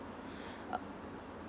uh